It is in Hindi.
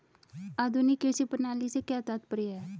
आधुनिक कृषि प्रणाली से क्या तात्पर्य है?